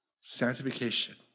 Sanctification